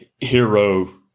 hero